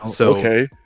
Okay